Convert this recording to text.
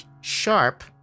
sharp